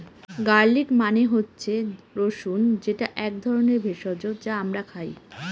garlic মানে হচ্ছে রসুন যেটা এক ধরনের ভেষজ যা আমরা খাই